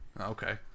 Okay